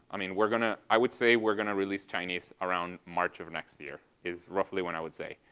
i mean we're going to i would say we're going to release chinese around march of next year is roughly when i would say.